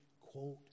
quote